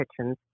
kitchens